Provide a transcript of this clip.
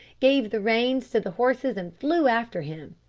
gave the reins to the horses and flew after him.